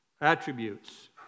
attributes